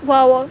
!wah!